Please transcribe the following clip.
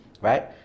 right